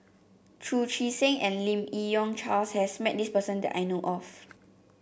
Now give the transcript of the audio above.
Chu Chee Seng and Lim Yi Yong Charles has met this person that I know of